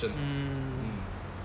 mm